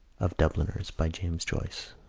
of dubliners, by james joyce